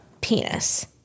penis